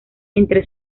entre